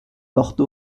porte